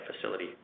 facility